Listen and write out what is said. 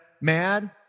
mad